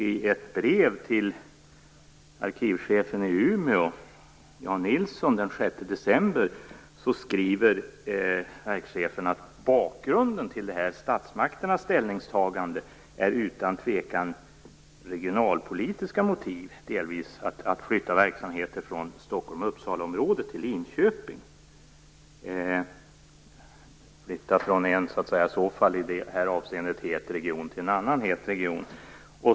I ett brev till arkivchefen i Umeå, Jan Nilsson, den 6 december, skriver verkschefen att bakgrunden till statsmakternas ställningstagande utan tvekan delvis har regionalpolitiska motiv, dvs. att flytta verksamhet från Stockholm Uppsala-området till Linköping - i det här avseendet en flytt från en het region till en annan het region.